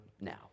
now